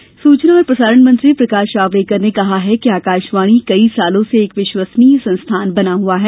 जावड़े कर सूचना और प्रसारण मंत्री प्रकाश जावडेकर ने कहा है कि आकाशवाणी कई वर्षों से एक विश्वसनीय संस्थान बना हुआ है